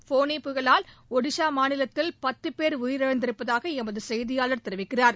ஃபோனி புயலால் ஒடிஷா மாநிலத்தில் பத்து பேர் உயிர் இழந்திருப்பதாக எமது செய்தியாளர் தெரிவிக்கிறார்